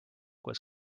was